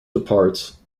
departs